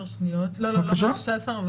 לא, לא מ-16.